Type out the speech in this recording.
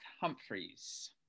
Humphreys